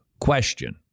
Question